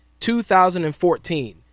2014